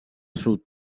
sud